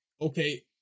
okay